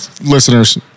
listeners